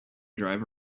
drive